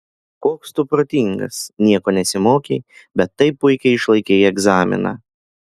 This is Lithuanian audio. koks tu protingas nieko nesimokei bet taip puikiai išlaikei egzaminą